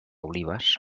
olives